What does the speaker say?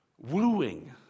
wooing